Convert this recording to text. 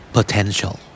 Potential